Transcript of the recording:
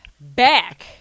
back